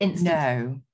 no